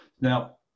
Now